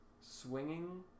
swinging